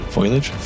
Foliage